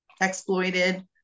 exploited